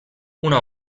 una